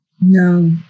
No